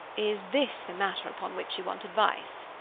is this the matter upon which you want advice?